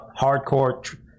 hardcore